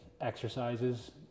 exercises